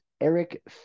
Eric